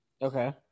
Okay